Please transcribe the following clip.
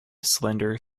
slender